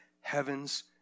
heavens